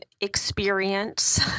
experience